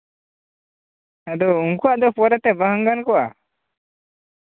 ᱟᱫᱚ ᱩᱱᱠᱩᱣᱟᱜ ᱫᱚ ᱯᱚᱨᱮᱛᱮ ᱵᱟᱝ ᱜᱟᱱ ᱠᱚᱜᱼᱟ